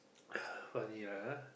funny ah